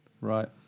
Right